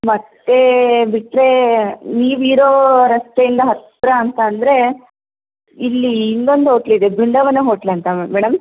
ಮತ್ತು ಬಿಟ್ಟರೇ ನೀವು ಇರೋ ರಸ್ತೆಯಿಂದ ಹತ್ತಿರ ಅಂತ ಅಂದರೆ ಇಲ್ಲಿ ಇನ್ನೊಂದು ಹೋಟ್ಲಿದೆ ಬೃಂದಾವನ ಹೋಟ್ಲ್ ಅಂತ ಮ ಮೇಡಮ್